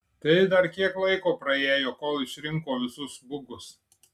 tai dar kiek laiko praėjo kol išrinko visus bugus